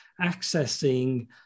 accessing